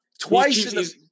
twice